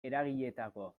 eragileetakoa